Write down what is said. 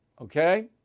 okay